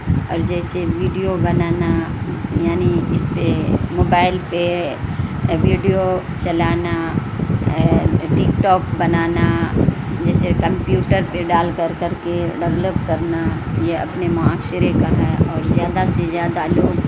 اور جیسے ویڈیو بنانا یعنی اس پہ موبائل پہ ویڈیو چلانا ٹک ٹاک بنانا جیسے کمپیوٹر پہ ڈال کر کر کے ڈولپ کرنا یا اپنے معاشرے کا ہے اور زیادہ سے زیادہ لوگ